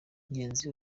ngenzi